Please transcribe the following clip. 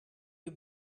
you